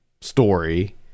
story